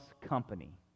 company